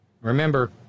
Remember